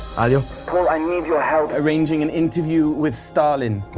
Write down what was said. ah you know i need your help arranging an interview with stalin.